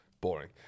boring